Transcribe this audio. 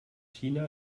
china